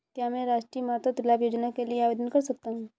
क्या मैं राष्ट्रीय मातृत्व लाभ योजना के लिए आवेदन कर सकता हूँ?